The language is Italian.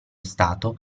stato